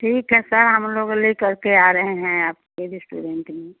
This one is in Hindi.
ठीक है सर हम लोग ले कर के आ रहे हैं आपके रेस्टोरेंट में